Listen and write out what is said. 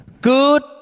Good